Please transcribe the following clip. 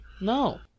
No